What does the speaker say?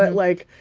but like,